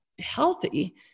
healthy